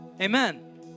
amen